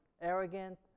arrogant